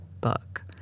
book